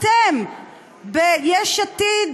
אתם ביש עתיד